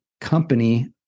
company